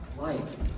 life